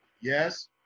Yes